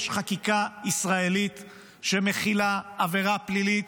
יש חקיקה ישראלית שמכילה עבירה פלילית,